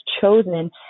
chosen